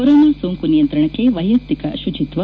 corona ಸೋಂಕು ನಿಯಂತ್ರಣಕ್ಕೆ ವೈಯಕ್ತಿಕ ಶುಚಿತ್ವ